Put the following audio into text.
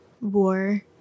war